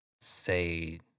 say